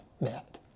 met